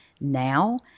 now